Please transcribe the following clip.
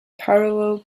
parallel